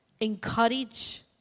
Encourage